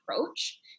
approach